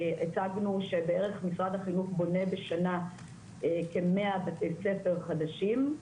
הצגנו שבערך משרד החינוך בונה בשנה כמאה בתי ספר חדשים,